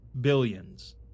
billions